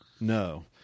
No